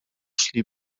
szli